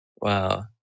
Wow